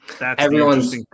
Everyone's